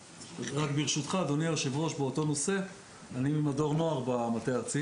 אני ממדור נוער במטה הארצי.